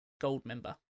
Goldmember